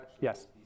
yes